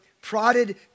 prodded